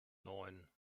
neun